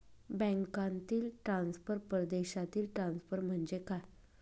बँकांतील ट्रान्सफर, परदेशातील ट्रान्सफर म्हणजे काय?